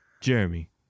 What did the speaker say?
Jeremy